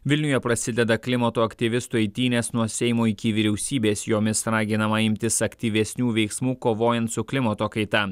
vilniuje prasideda klimato aktyvistų eitynės nuo seimo iki vyriausybės jomis raginama imtis aktyvesnių veiksmų kovojant su klimato kaita